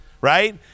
right